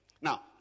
Now